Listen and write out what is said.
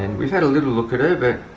and we've had a little look at her,